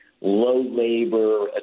low-labor